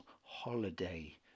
holiday